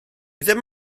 ddim